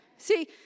See